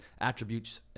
attributes